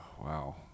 wow